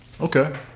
okay